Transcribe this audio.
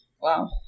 Wow